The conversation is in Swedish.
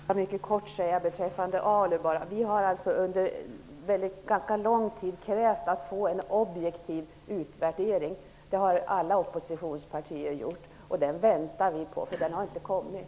Herr talman! Jag vill mycket kort beträffande ALU-verksamheten säga att vi under ganska lång tid har krävt att få en objektiv utvärdering av denna. Det har alla oppositionspartier gjort. Vi väntar på en sådan utvärdering, men någon sådan har inte kommit.